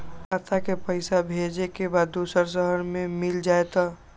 खाता के पईसा भेजेए के बा दुसर शहर में मिल जाए त?